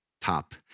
top